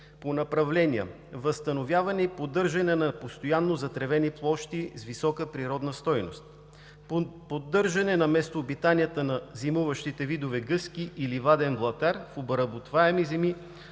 по направления: възстановяване и поддържане на постоянно затревени площи с висока природна стойност; поддържане на местообитанията на зимуващите видове гъски и ливаден блатар в обработваеми земи